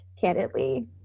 candidly